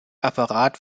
apparat